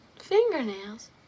fingernails